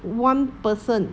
one person